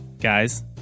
guys